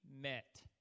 met